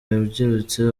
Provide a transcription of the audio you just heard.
yabyirutse